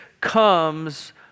comes